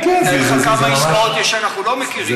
תאר לך כמה עסקאות יש שאנחנו לא מכירים.